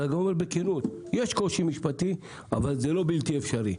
אלא אומר בכנות שיש קושי משפטי אבל זה לא בלתי אפשרי.